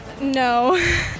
No